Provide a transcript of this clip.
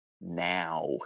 now